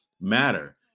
matter